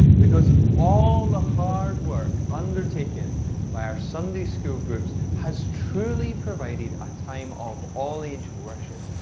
because all the hard work undertaken by our sunday school groups has truly provided a time of all age worship.